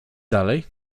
dalej